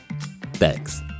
Thanks